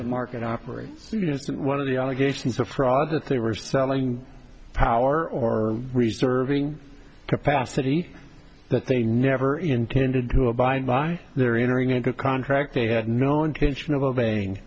the market operates in unison one of the allegations of fraud that they were selling power or reserving capacity that they never intended to abide by their entering into a contract they had no intention of obeying